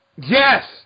Yes